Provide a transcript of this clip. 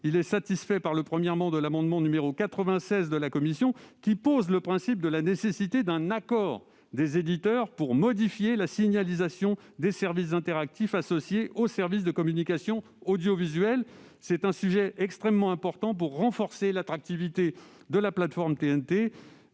Il est satisfait par le 1° de l'amendement n° 96 que j'ai déposé et qui pose le principe de la nécessité d'un accord des éditeurs pour modifier la signalisation des services interactifs associés aux services de communication audiovisuelle. Le sujet est extrêmement important ; il s'agit de renforcer l'attractivité de la plateforme TNT.